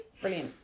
brilliant